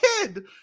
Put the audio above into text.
kid